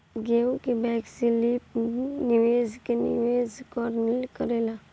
केहू भी वैकल्पिक निवेश में निवेश कर सकेला